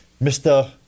Mr